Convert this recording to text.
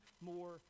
more